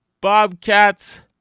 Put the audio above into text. bobcats